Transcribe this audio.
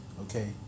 Okay